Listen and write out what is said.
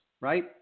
right